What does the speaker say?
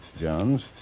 Jones